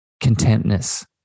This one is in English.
contentness